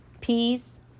peas